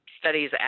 studies